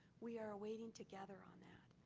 we are waiting to gather on that.